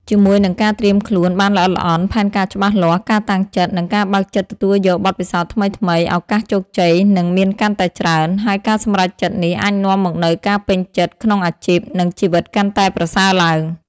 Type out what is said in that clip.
ជាមួយនឹងការត្រៀមខ្លួនបានល្អិតល្អន់ ផែនការច្បាស់លាស់ ការតាំងចិត្ត និងការបើកចិត្តទទួលយកបទពិសោធន៍ថ្មីៗ ឱកាសជោគជ័យនឹងមានកាន់តែច្រើន ហើយការសម្រេចចិត្តនេះអាចនាំមកនូវការពេញចិត្តក្នុងអាជីព និងជីវិតកាន់តែប្រសើរឡើង។